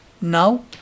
Now